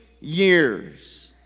years